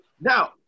now